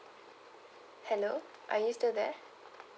hello are you still there